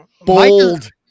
Bold